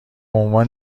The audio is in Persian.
عنوان